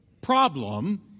problem